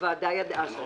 הוועדה ידעה שאת בנוכחות.